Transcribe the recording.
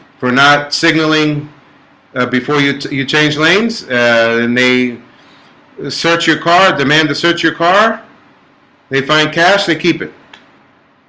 for not signalling before you you change lanes and they search your car demand to search your car they find cash they keep it